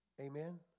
Amen